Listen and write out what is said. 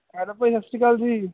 hello ਭਾਅ ਜੀ ਸਤਿ ਸ਼੍ਰੀ ਅਕਾਲ ਜੀ